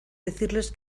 decirles